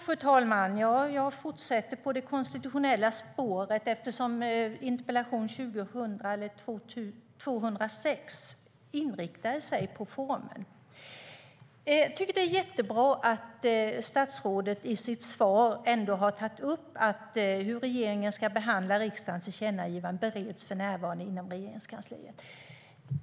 Fru talman! Jag fortsätter på det konstitutionella spåret, eftersom interpellation 206 inriktade sig på formen. Jag tycker att det är jättebra att statsrådet i sitt svar tog upp att det för närvarande bereds inom Regeringskansliet hur regeringen ska behandla riksdagens tillkännagivande.